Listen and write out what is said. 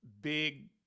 big